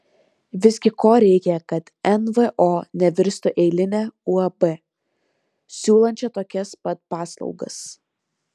visgi ko reikia kad nvo nevirstų eiline uab siūlančia tokias pat paslaugas